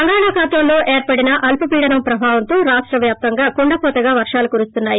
బంగాళాఖాతంలో ఏర్పడిన అల్పపీడనం ప్రభావంతో రాష్ట వ్యాప్తంగా కుండవోతగా వర్షాలు కురుస్తున్నాయి